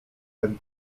ten